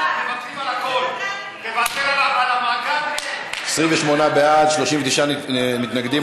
28 בעד, 39 מתנגדים.